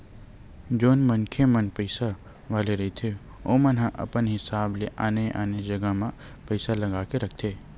जउन मनखे मन पइसा वाले रहिथे ओमन ह अपन हिसाब ले आने आने जगा मन म पइसा लगा के रखथे